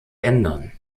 ändern